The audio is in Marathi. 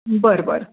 बरं बरं